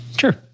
Sure